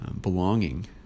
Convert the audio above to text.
belonging